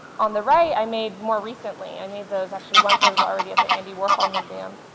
on the right i made more recently. i made those actually once i was already at the andy warhol museum.